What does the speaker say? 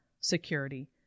security